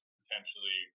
potentially